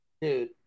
Dude